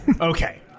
Okay